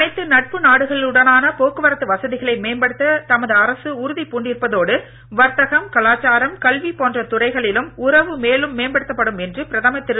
அனைத்து நட்பு நாடுகளுடனான போக்குவரத்து வசதிகளை மேம்படுத்த தமது அரசு உறுதிபூண்டிருப்பதோடு வர்த்தகம் கலாச்சாரம் கல்வி போன்ற துறைகளிலும் உறவு மேலும் மேம்படுத்தப்படும் என்று பிரதமர் திரு